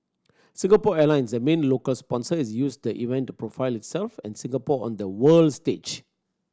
Singapore Airlines the main local sponsor has used the event to profile itself and Singapore on the world stage